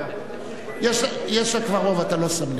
יש לה כבר רוב, אתה לא שם לב.